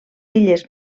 illes